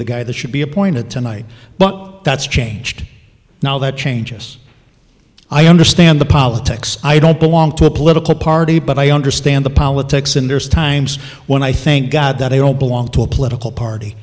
the guy that should be appointed tonight but that's changed now that changes i understand the politics i don't belong to a political party but i understand the politics and there's times when i think god that i don't belong to a political party